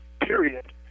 period